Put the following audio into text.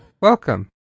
Welcome